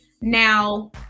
Now